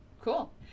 cool